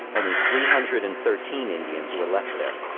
only three hundred and thirteen indians were left there.